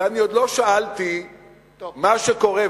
ואני עוד לא שאלתי מה קורה,